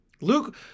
Luke